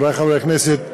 חברי חברי הכנסת,